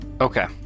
Okay